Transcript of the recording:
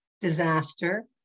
disaster